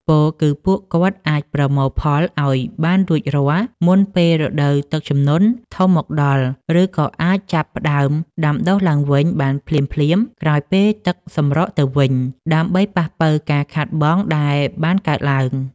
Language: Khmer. ពោលគឺពួកគាត់អាចប្រមូលផលឱ្យបានរួចរាល់មុនពេលរដូវទឹកជំនន់ធំមកដល់ ឬក៏អាចចាប់ផ្តើមដាំដុះឡើងវិញបានភ្លាមៗក្រោយពេលទឹកសម្រកទៅវិញ ដើម្បីប៉ះប៉ូវការខាតបង់ដែលបានកើតឡើង។